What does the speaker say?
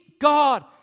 God